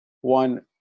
One